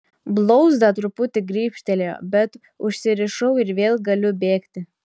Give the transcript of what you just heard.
blauzdą truputį gribštelėjo bet užsirišau ir vėl galiu bėgti